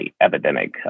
epidemic